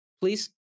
please